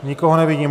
Nikoho nevidím.